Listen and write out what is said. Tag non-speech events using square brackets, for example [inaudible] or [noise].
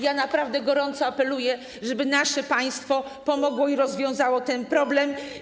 Ja naprawdę gorąco apeluję, żeby nasze państwo pomogło [noise] i rozwiązało ten problem.